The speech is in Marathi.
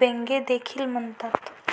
बेन्ने देखील म्हणतात